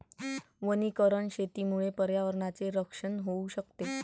वनीकरण शेतीमुळे पर्यावरणाचे रक्षण होऊ शकते